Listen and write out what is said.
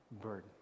burden